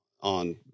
on